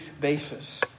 basis